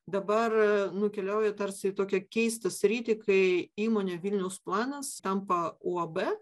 dabar nukeliauja tarsi į tokią keistą sritį kai įmonė vilniaus planas tampa uab